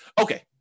Okay